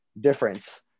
difference